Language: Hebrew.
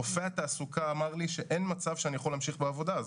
רופא התעסוקה אמר לי שאין מצב שאני יכול להמשיך בעבודה הזו.